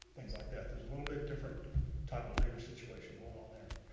things like that. there's a little bit different type of labor situation goin' on there.